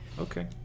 Okay